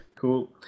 cool